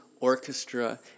orchestra